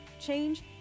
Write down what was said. change